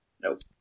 Nope